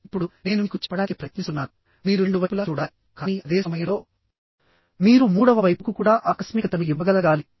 ఇప్పుడు నేను మీకు చెప్పడానికి ప్రయత్నిస్తున్నాను మీరు రెండు వైపులా చూడాలి కానీ అదే సమయంలోమీరు మూడవ వైపుకు కూడా ఆకస్మికతను ఇవ్వగలగాలి